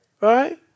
Right